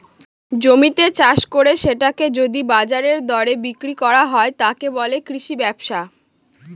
জমিতে চাষ করে সেটাকে যদি বাজারের দরে বিক্রি করা হয়, তাকে বলে কৃষি ব্যবসা